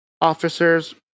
officers